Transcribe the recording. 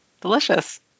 Delicious